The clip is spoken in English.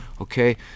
Okay